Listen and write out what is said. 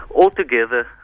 altogether